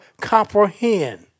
Comprehend